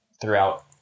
throughout